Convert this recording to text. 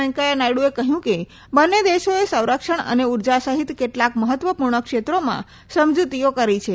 વેકૈયા નાયડુએ કહ્યુ કે બંને દેશોએ સંરક્ષણ અને ઉર્જા સહિત કેટલાક મહત્વપૂર્ણ ક્ષેત્રોમાં સમજૂતીઓ કરી છે